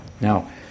Now